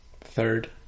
Third